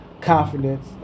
confidence